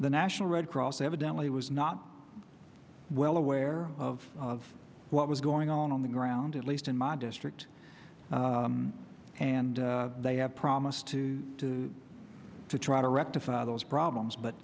the national red cross evidently was not well aware of what was going on on the ground at least in my district and they have promised to do to try to rectify those problems